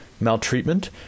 Maltreatment